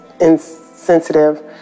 insensitive